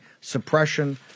suppression